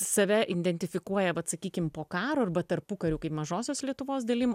save identifikuoja vat sakykim po karo arba tarpukariu kaip mažosios lietuvos dalim